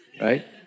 Right